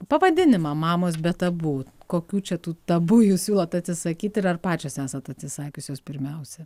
pavadinimą mamos bet abu kokių čia tų tabu jūs siūlot atsisakyti ir ar pačios esat atsisakiusios pirmiausia